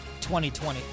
2020